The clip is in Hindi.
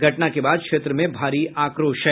घटना के बाद क्षेत्र में भारी आक्रोश है